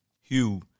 Hugh